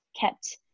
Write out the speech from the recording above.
kept